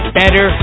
better